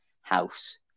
house